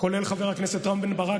כולל חבר הכנסת רם בן ברק,